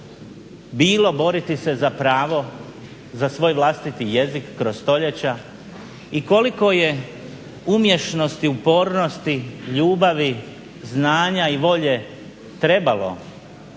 bilo boriti se za pravo za svoj vlastiti jezik kroz stoljeća i koliko je umješnost i upornosti, ljubavi, znanja i volje trebalo